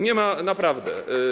Nie ma naprawdę.